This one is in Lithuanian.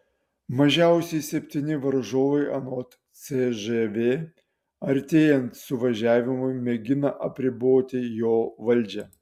mažiausiai septyni varžovai anot cžv artėjant suvažiavimui mėgina apriboti jo valdžią